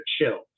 chill